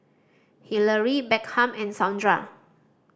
Hillery Beckham and Saundra